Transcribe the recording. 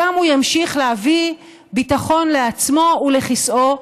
שם הוא ימשיך להביא ביטחון לעצמו ולכיסאו,